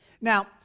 Now